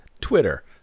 Twitter